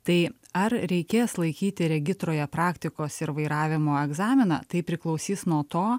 tai ar reikės laikyti regitroje praktikos ir vairavimo egzaminą tai priklausys nuo to